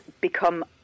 become